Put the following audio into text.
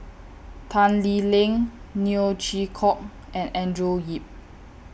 Tan Lee Leng Neo Chwee Kok and Andrew Yip